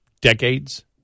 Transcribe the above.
decades